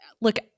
look